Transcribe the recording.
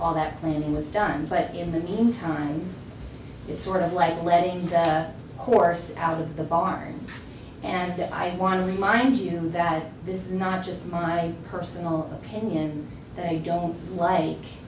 all that planning was done but in the meantime sort of like letting the horse out of the barn and i want to remind you that this is not just my personal opinion that you don't like